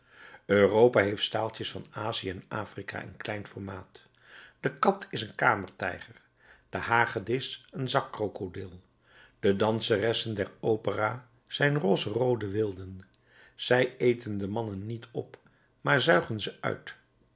europa heeft staaltjes van azië en afrika in klein formaat de kat is een kamertijger de hagedis een zakkrokodil de danseressen der opera zijn rozeroode wilden zij eten de mannen niet op maar zuigen ze uit